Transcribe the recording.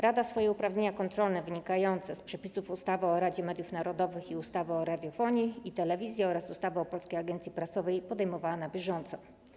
Rada swoje uprawnienia kontrolne wynikające z przepisów ustawy o Radzie Mediów Narodowych i ustawy o radiofonii i telewizji oraz ustawy o Polskiej Agencji Prasowej podejmowała na bieżąco.